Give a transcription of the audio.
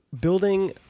building